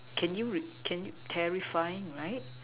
can you re can you terrifying right